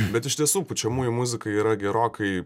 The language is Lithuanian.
bet iš tiesų pučiamųjų muzika yra gerokai